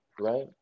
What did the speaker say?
right